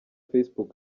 facebook